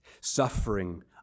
suffering